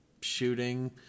shooting